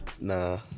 Nah